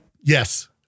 Yes